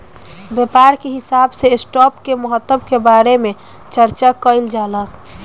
व्यापार के हिसाब से स्टॉप के महत्व के बारे में चार्चा कईल जाला